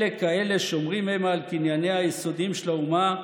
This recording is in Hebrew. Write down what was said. אלה כאלה שומרים המה על קנייניה היסודיים של האומה,